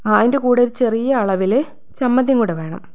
ആ അതിൻ്റെ കൂടെ ഒരു ചെറിയ അളവിൽ ചമ്മന്തിയും കൂടെ വേണം